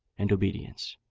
and obedience.